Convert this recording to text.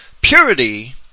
purity